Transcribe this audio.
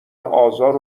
آزار